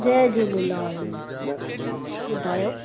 जय झूलेलाल ॿुधायो